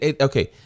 okay